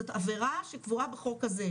זו עבירה שקבועה בחוק הזה,